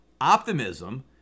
optimism